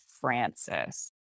Francis